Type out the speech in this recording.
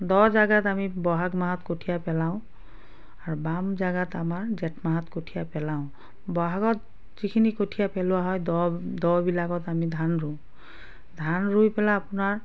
দ জেগাত আমি বহাগ মাহত কঠীয়া পেলাওঁ আৰু বাম জেগাত আমৰ জেঠ মাহত কঠীয়া পেলাওঁ বহাগত যিখিনি কঠীয়া পেলোৱা হয় দ দবিলাকত আমি ধান ৰোওঁ ধান ৰুই পেলাই আপোনাৰ